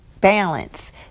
balance